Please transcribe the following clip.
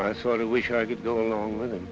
i sort of wish i could go along with him